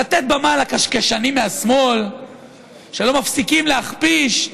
לתת במה לקשקשנים מהשמאל שלא מפסיקים להכפיש?